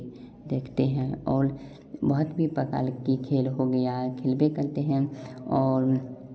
देखते हैं और बहुत कु प्रकार के खेल हो गया खेलबे करते हैं और